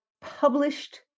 published